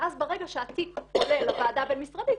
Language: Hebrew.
ואז ברגע שהתיק עולה לוועדה הבין משרדית,